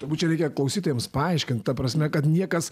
turbūt čia reikia klausytojams paaiškint ta prasme kad niekas